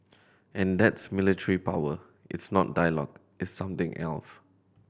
and that's military power it's not dialogue it's something else